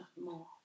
more